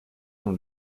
from